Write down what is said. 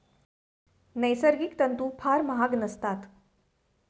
नैसर्गिक तंतू फार महाग नसतात